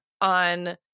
on